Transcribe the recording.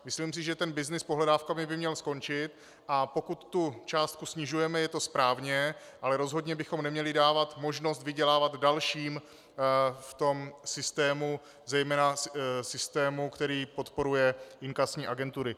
Myslím si, že byznys s pohledávkami by měl skončit, a pokud částku snižujeme, je to správně, ale rozhodně bychom neměli dávat možnost vydělávat dalším v systému, zejména systému, který podporuje inkasní agentury.